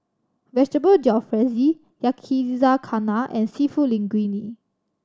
Vegetable Jalfrezi Yakizakana and Seafood Linguine